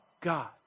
God